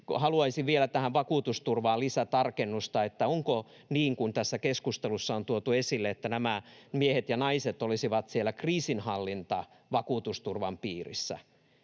haluaisin vielä vakuutusturvaan lisätarkennusta: Onko niin, kuten tässä keskustelussa on tuotu esille, että nämä miehet ja naiset olisivat siellä kriisinhallintavakuutusturvan piirissä,